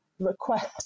request